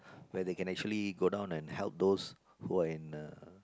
where they can actually go down and help those who are in the